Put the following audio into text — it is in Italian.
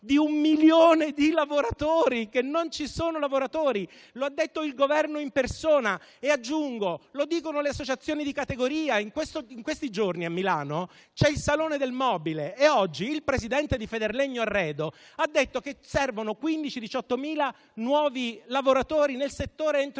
di un milione di lavoratori e che non ci sono lavoratori; l'ha detto il Governo in persona e - aggiungo - lo dicono le associazioni di categoria. In questi giorni a Milano c'è il salone del mobile e oggi il presidente di FederlegnoArredo ha detto che servono 15.000-18.000 nuovi lavoratori nel settore entro